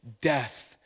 death